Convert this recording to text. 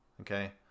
Okay